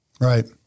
Right